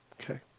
Okay